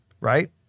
right